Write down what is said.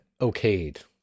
okayed